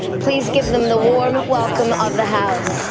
please give them the warm welcome of the house.